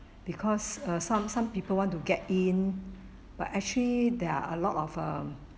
because uh some some people want to get in but actually there are a lot of um